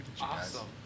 Awesome